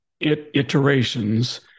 iterations